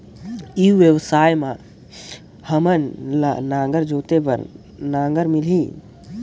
ई व्यवसाय मां हामन ला नागर जोते बार नागर मिलही?